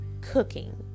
cooking